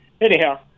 anyhow